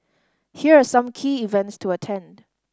here are some key events to attend